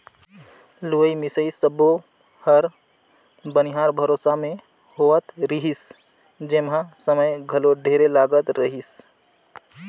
लुवई मिंसई सब्बो हर बनिहार भरोसा मे होवत रिहिस जेम्हा समय घलो ढेरे लागत रहीस